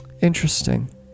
Interesting